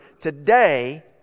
today